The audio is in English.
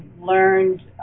learned